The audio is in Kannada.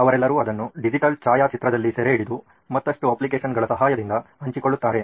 ಅವರೆಲ್ಲರೂ ಅದನ್ನು ಡಿಜಿಟಲ್ ಛಾಯಾಚಿತ್ರದಲ್ಲಿ ಸೆರೆ ಹಿಡಿದು ಮತ್ತಷ್ಟು ಅಪ್ಲಿಕೇಶನ್ಗಳ ಸಹಾಯದಿಂದ ಹಂಚಿಕೊಳ್ಳುತ್ತಾರೆ